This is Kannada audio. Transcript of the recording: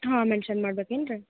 ಹಾಂ ಮೆಂಷನ್ ಮಾಡ್ಬೇಕು ಏನ್ರಿ